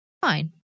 fine